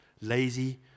lazy